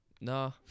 No